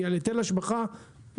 כי על היטל השבחה הצלחנו,